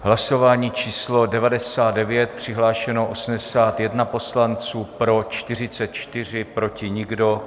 V hlasování číslo 99 přihlášeno 81 poslanců, pro 44, proti nikdo.